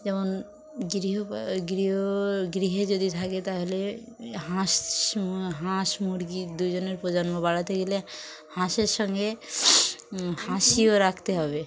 যেমন গৃহ গৃহ গৃহে যদি থাকে তাহলে হাঁস মু হাঁস মুরগি দুজনের প্রজন্ম বাড়াতে গেলে হাঁসের সঙ্গে হাঁসিও রাখতে হবে